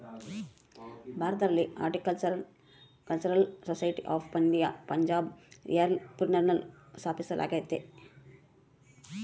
ಭಾರತದಲ್ಲಿ horticultural society of India ಪಂಜಾಬ್ನ ಲಿಯಾಲ್ಪುರ್ನಲ್ಲ ಸ್ಥಾಪಿಸಲಾಗ್ಯತೆ